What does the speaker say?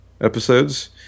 episodes